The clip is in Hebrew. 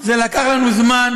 לנו זמן,